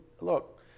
Look